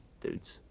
dudes